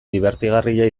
dibertigarria